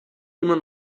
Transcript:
immer